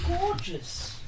gorgeous